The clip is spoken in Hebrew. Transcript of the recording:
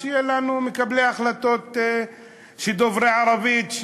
שיהיו לנו מקבלי החלטות דוברי ערבית,